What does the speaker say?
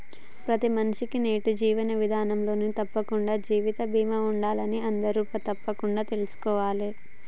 ప్రతి మనిషికీ నేటి జీవన విధానంలో తప్పకుండా జీవిత బీమా ఉండాలని అందరూ తప్పకుండా తెల్సుకోవాలే